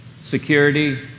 security